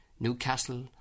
Newcastle